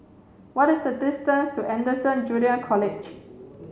what is the distance to Anderson Junior College